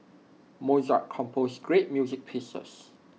Mozart composed great music pieces